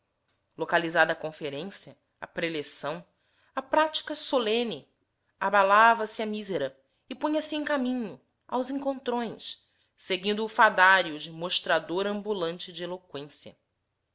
a conferência a preleção a prática solene abalava se a mísera e punha-se em caminho aos encontrões seguindo o fadário de mostrador ambulante de